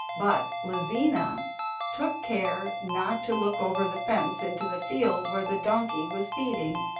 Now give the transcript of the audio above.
but lizina took care not to look over the fence into the field where the donkey was feeding.